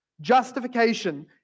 Justification